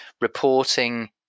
reporting